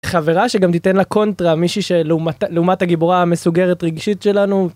חברה שגם תיתן לה קונטרה מישהי שלעומת לעומת הגיבורה המסוגרת רגשית שלנו.